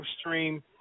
stream